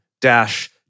Dash